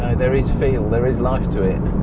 ah there is feel, there is life to it.